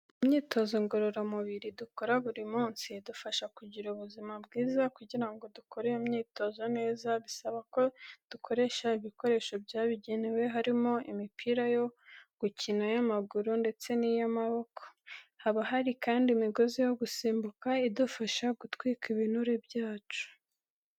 Imyitotozo ngororamubiri dukora buri munsi, idufasha kugira ubuzima bwiza, kugira ngo dukore iyo myitozo neza, bisaba ko dukoresha ibikoresho byabugenewe, harimo imipira yo gukina y'amaguru ndetse n'iy'amaboko, haba hari kandi imigozi yo gusimbuka idufasha gutwika ibinure byacu.